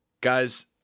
guys